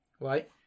right